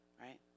right